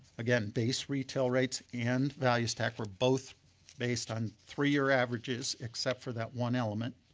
again, base retail rates and value stack were both based on three-year averages except for that one element.